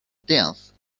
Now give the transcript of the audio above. death